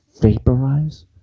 Vaporize